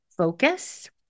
focus